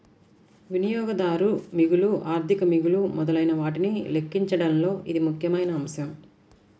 వినియోగదారు మిగులు, ఆర్థిక మిగులు మొదలైనవాటిని లెక్కించడంలో ఇది ముఖ్యమైన అంశం